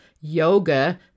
yoga